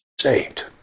saved